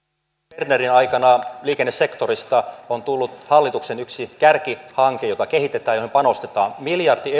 bernerin aikana liikennesektorista on tullut hallituksen yksi kärkihanke jota kehitetään ja johon panostetaan miljardi